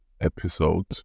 episode